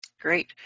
Great